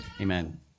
Amen